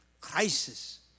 Crisis